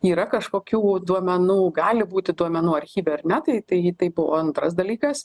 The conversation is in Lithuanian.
yra kažkokių duomenų gali būti duomenų archyve ar ne tai tai taip o antras dalykas